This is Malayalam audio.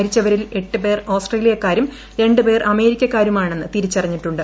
മരിച്ചവരിൽ എട്ട് പേർ ആസ്ട്രേലിയക്കാരും രണ്ട് പേർ അമേരിക്കക്കാരുമാണെന്ന് തിരിച്ചറിഞ്ഞിട്ടുണ്ട്